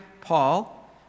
Paul